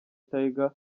tyga